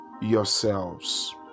yourselves